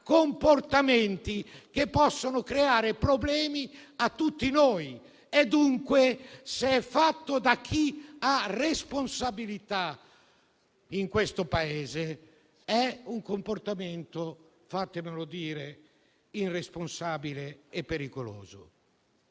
comportamenti che possono creare problemi a tutti noi. E dunque, se ciò è fatto da chi ha responsabilità in questo Paese, è un comportamento - fatemelo dire - irresponsabile e pericoloso.